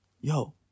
Yo